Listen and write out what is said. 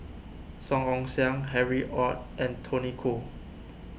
Song Ong Siang Harry Ord and Tony Khoo